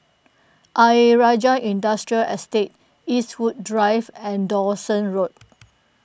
Ayer Rajah Industrial Estate Eastwood Drive and Dawson Road